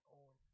own